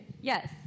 Yes